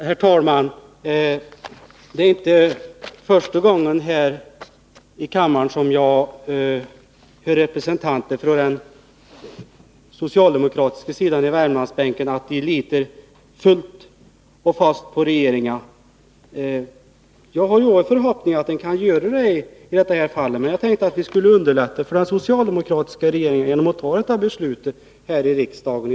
Herr talman! Det är inte första gången som jag här i kammaren hör att representanter för socialdemokraterna på Värmlandsbänken fullt och fast litar på regeringen. Jag hoppas att man kan göra detta i det här fallet, men jag tänkte att vi skulle kunna underlätta för den socialdemokratiska regeringen genom att dag fatta det här beslutet i riksdagen.